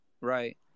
Right